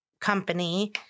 company